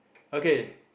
okay